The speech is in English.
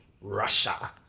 Russia